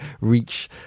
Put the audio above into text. reach